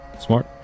Smart